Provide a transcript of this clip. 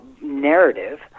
narrative